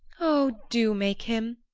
oh, do make him!